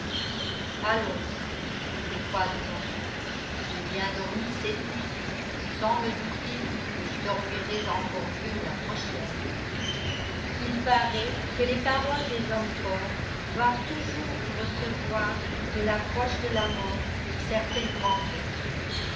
dit claude froidement j'ai bien dormi cette nuit sans me douter que je dormirais encore mieux la prochaine il paraît que les paroles des hommes forts doivent toujours recevoir de l'approche de la mort une certaine grandeur